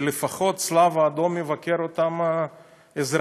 שלפחות הצלב האדום יבקר את אותם אזרחי